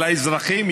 של האזרחים,